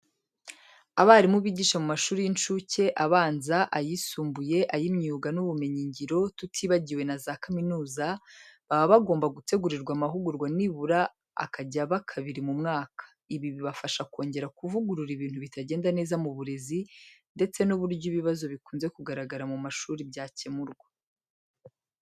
Abarimu bigisha mu mashuri y'incuke, abanza, ayisumbuye, ay'imyuga n'ubumenyingiro tutibagiwe na za kaminuza, baba bagomba gutegurirwa amahugurwa nibura akajya aba kabiri mu mwaka. Ibi bibafasha kongera kuvugurura ibintu bitagenda neza mu burezi ndetse n'uburyo ibibazo bikunze kugaragara mu mashuri byakemurwa.